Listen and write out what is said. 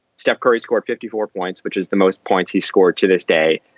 steph curry scored fifty four points, which is the most points he scored to this day.